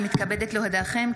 אני מתכבדת להודיעכם,